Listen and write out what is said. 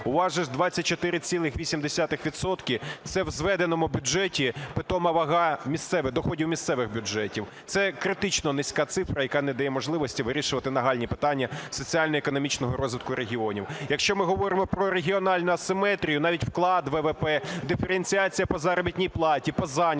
відсотка, це в зведеному бюджеті питома вага доходів місцевих бюджетів. Це критично низька цифра, яка не дає можливості вирішувати нагальні питання соціально-економічного розвитку регіонів. Якщо ми говоримо про регіональну асиметрію, навіть вклад ВВП, диференціація по заробітній платі, по зайнятості